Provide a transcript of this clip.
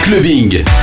clubbing